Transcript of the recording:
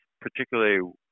particularly